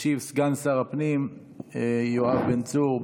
ישיב סגן שר הפנים יואב בן צור.